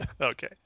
Okay